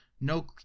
no